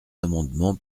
amendements